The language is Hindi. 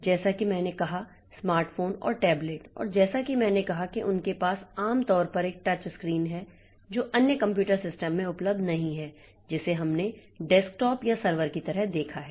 जैसा कि मैंने कहा स्मार्ट फोन और टैबलेट और जैसा कि मैंने कहा कि उनके पास आम तौर पर एक टच स्क्रीन है जो अन्य कंप्यूटर सिस्टम में उपलब्ध नहीं है जिसे हमने डेस्कटॉप या सर्वर की तरह देखा है